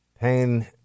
pain